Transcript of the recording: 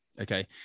Okay